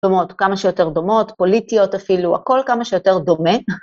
‫כמה שיותר דומות, פוליטיות אפילו, ‫הכול כמה שיותר דומה.